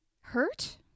Hurt